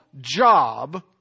job